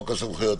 הסמכויות,